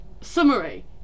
Summary